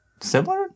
similar